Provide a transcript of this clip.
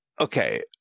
Okay